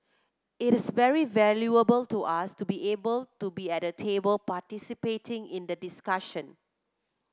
it is very valuable to us to be able to be at the table participating in the discussion